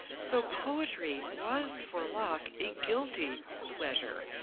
so poetry was for locke a guilty pleasure,